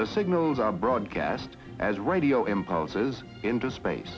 the signals are broadcast as radio impulses into space